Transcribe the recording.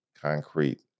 concrete